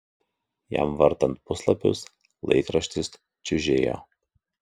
jam vartant puslapius laikraštis čiužėjo